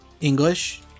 English